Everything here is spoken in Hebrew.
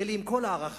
אלי, עם כל ההערכה